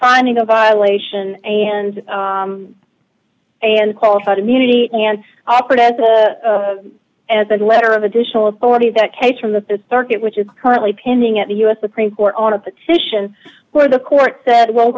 finding a violation and and qualified immunity and offered as a as a letter of additional authority that case from the th circuit which is currently pending at the u s supreme court on a petition for the court said well